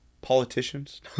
politicians